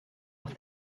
off